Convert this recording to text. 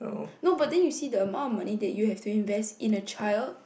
no but then you see the amount of money that you have to invest in a child